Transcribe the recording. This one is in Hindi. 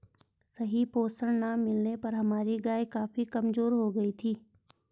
सही पोषण ना मिलने पर हमारी गाय काफी कमजोर हो गयी थी